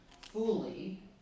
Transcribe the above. fully